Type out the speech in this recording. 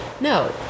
no